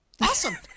Awesome